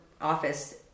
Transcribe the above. office